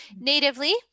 natively